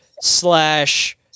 slash